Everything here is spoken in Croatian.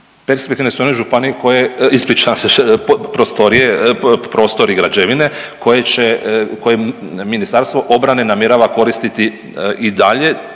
perspektivne su one županije koje, ispričavam se prostorije, prostori i građevine koje Ministarstvo obrane namjerava koristiti i dalje